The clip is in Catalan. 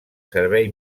servei